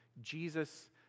Jesus